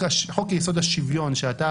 חוק יסוד השוויון שאתה,